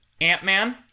Ant-Man